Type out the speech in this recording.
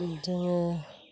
जोङो